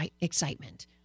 excitement